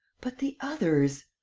but the others!